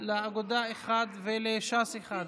לעבודה אחד ולש"ס אחד.